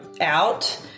out